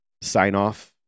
sign-off